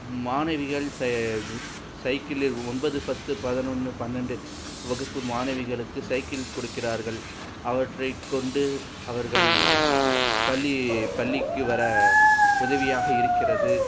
மாணவிகள் செய சைக்கிளை ஒன்பது பத்து பதினொன்று பன்னெண்டு வகுப்பு மாணவிகளுக்கு சைக்கிள் கொடுக்கிறார்கள் அவற்றை கொண்டு அவர்கள் பள்ளிய பள்ளிக்கு வர உதவியாக இருக்கிறது